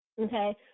okay